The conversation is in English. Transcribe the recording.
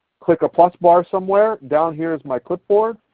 click a plus bar somewhere. down here is my clipboard